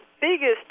biggest